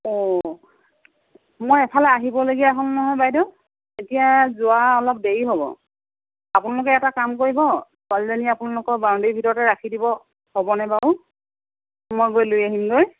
অঁ মই এফালে আহিবলগীয়া হ'ল নহয় বাইদেউ এতিয়া যোৱা অলপ দেৰি হ'ব আপোনালোকে এটা কাম কৰিব ছোৱালীজনী আপোনালোকৰ বাউণ্ডাৰীৰ ভিতৰতে ৰাখি দিব হ'বনে বাৰু মই গৈ লৈ আহিমগৈ